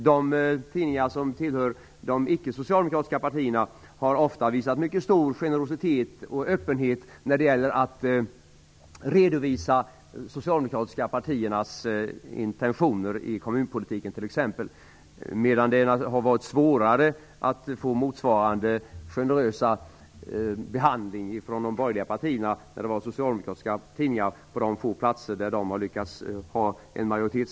De tidningar som inte tillhör det socialdemokratiska partiet har ofta visat mycket stor generositet och öppenhet när det gällt att redovisa socialdemokraternas intentioner t.ex. i kommunalpolitiken, medan det har varit svårare för de borgerliga partierna att få motsvarande generösa behandling av socialdemokratiska tidningar på de få platser där de har lyckats skaffa sig dominans.